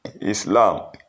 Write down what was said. Islam